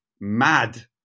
mad